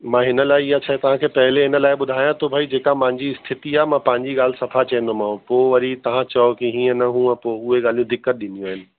मां हिन लाइ इअं शइ तव्हांखे पहिले हिन लाइ ॿुधाया थो भाई कि जेका मांजी स्थिति आहे मां पंहिंजी ॻाल्हि सफ़ा चईंदोमांव पोइ वरी तव्हां चयो कि हीअं न हूअ त उहे ॻाल्हियूं दिक़त ॾींदियूं आहिनि